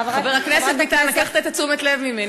חבר הכנסת ביטן, לקחת את תשומת הלב ממני.